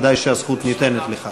בוודאי שהזכות ניתנת לך.